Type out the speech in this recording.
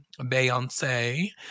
Beyonce